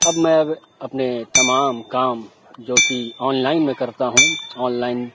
اب میں اپنے تمام کام جو کی آن لائن میں کرتا ہوں آن لائن